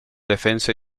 defensa